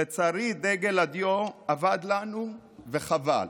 לצערי דגל הדיו אבד לנו, וחבל.